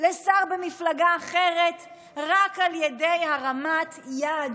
לשר במפלגה אחרת רק על ידי הרמת יד,